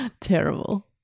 Terrible